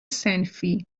صنفی